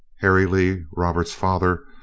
harry lee, robert's father,